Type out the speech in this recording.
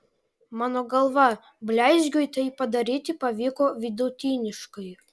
mano galva bleizgiui tai padaryti pavyko vidutiniškai